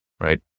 right